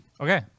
Okay